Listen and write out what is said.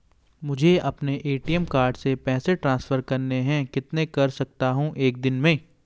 मुझे अपने ATM card से पैसे ट्रांसफर करने हैं कितने कर सकता हूँ एक दिन में?